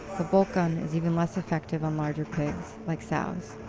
the bolt gun is even less effective on larger pigs, like sows.